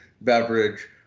beverage